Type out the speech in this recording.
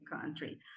country